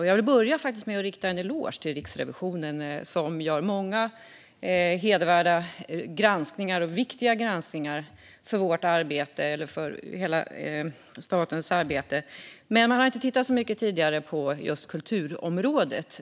Jag vill faktiskt börja med att rikta en eloge till Riksrevisionen, som gör många hedervärda och viktiga granskningar vad gäller vårt och hela statens arbete. Men man har tidigare inte tittat så mycket på just kulturområdet.